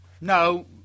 No